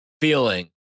feeling